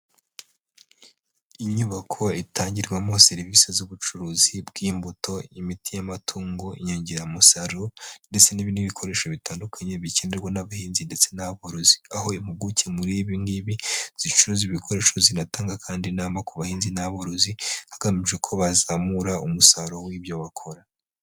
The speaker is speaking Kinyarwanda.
Inyubako itangirwamo serivisi z'ubucuruzi bw'imbuto, imiti y'amatungo, inyongeramusaruro ndetse n'ibindi bikoresho bitandukanye bikenerwa n'abahinzi ndetse n'aborozi, aho impuguke muri ibingibi, zicuruza ibikoresho zigatanga kandi inama ku bahinzi n'aborozi, hagamije ko bazamura umusaruro w'ibyo bakora.